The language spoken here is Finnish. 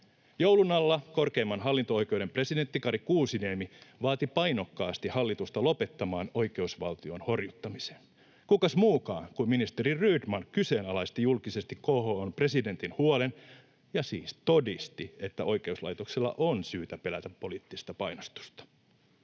Joulun alla korkeimman hallinto-oikeuden presidentti Kari Kuusiniemi vaati painokkaasti hallitusta lopettamaan oikeusvaltion horjuttamisen. Kukas muukaan kuin ministeri Rydman kyseenalaisti julkisesti KHO:n presidentin huolen ja siis todisti, että oikeuslaitoksella on syytä pelätä poliittista painostusta.